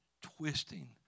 twisting